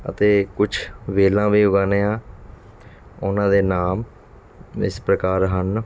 ਅਤੇ ਕੁਛ ਵੇਲਾਂ ਵੀ ਉਗਾਉਂਦੇ ਆਂ ਉਨ੍ਹਾਂ ਦੇ ਨਾਮ ਇਸ ਪ੍ਰਕਾਰ ਹਨ